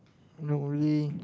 normally